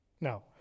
No